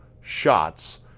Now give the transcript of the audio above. shots